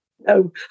No